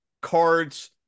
cards